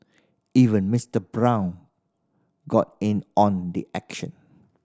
even Mister Brown got in on the action